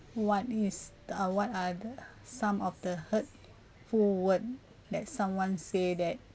what is the ah what are the some of the hurtful word that someone say that